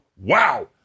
wow